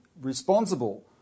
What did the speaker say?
responsible